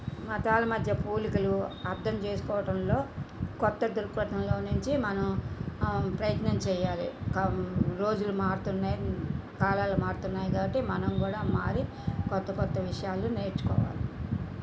మతాల మధ్య పోలికలు అర్థం చేసుకోవవటంలో కొత్త దృక్పధంలో నుంచి మనం ప్రయత్నం చెయ్యాలి రోజులు మారుతున్నాయి కాలాలు మారుతున్నాయి కాబట్టి మనం కూడా మారి కొత్త కొత్త విషయాలు నేర్చుకోవాలి